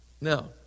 Now